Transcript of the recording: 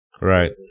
Right